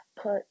put